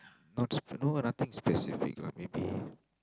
not s~ no nothing specific lah maybe